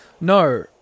No